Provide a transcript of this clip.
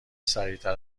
سریعتر